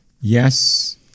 yes